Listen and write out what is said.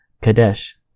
Kadesh